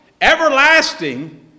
everlasting